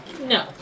No